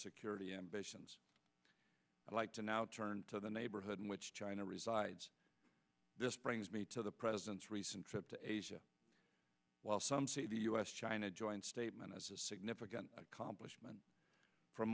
security ambitions i'd like to now turn to the neighborhood in which china resides this brings me to the president's recent trip to asia while some see the u s china joint statement as a significant accomplishment from